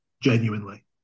genuinely